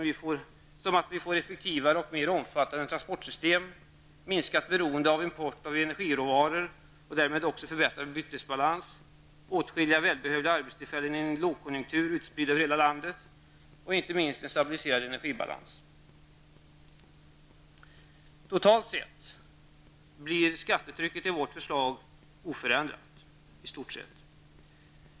Vi får effektivare och mer omfattande transportsystem, minskat beroende av import av energiråvaror och därmed också förbättrad bytesbalans, åtskilliga, i en lågkonjuktur välbehövliga arbetstillfällen utspridda över hela landet och inte minst en stabiliserad energibalans. Totalt sett blir skattetrycket i vårt förslag i stort sett oförändrat.